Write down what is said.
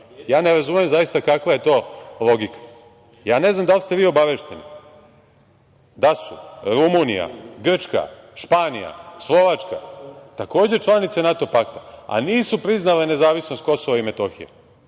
šta? Ne razumem kakva je to logika? Ne znam da li ste vi obavešteni da su Rumunija, Grčka, Španija, Slovačka takođe članice NATO pakta, a nisu priznale nezavisnost KiM? Članice